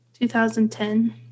2010